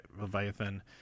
Leviathan